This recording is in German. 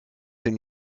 denn